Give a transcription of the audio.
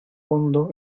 fondo